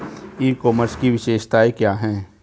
ई commerce की विशेषताएं क्या हैं?